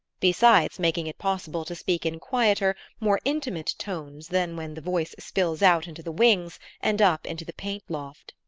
besides making it possible to speak in quieter, more intimate tones than when the voice spills out into the wings and up into the paint loft.